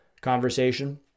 conversation